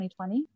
2020